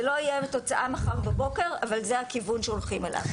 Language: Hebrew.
זה לא יהיה מחר בבוקר אבל זה הכיוון שהולכים אליו.